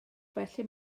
felly